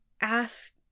ask